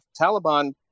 Taliban